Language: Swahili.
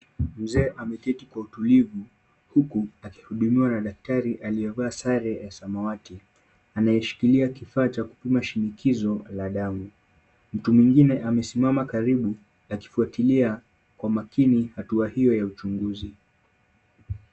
Mzee ameketi kwa utulivu huku akihudumiwa na daktari aliyevaa sare ya samawati, anayeshikilia kifaa cha kupima shinikizo la damu. Mtu mwingine amesimama karibu akifuatilia kwa makini hatua hiyo ya uchunguzi.